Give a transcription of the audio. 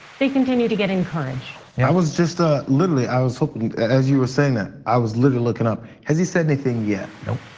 they continue to get encouraged. yeah, i was just ah literally, i was hoping as you were saying that i was really looking up. has he said anything yet? no.